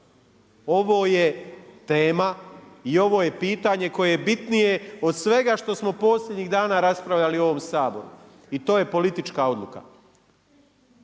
Ovo je tema i ovo je pitanje koje je bitnije od svega što smo posljednjih dana raspravljali u ovom Saboru i to je politička odluka.